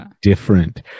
different